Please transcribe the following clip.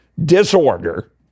disorder